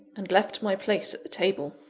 and left my place at the table.